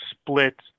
split